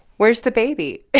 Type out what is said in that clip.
where's the baby?